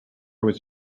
was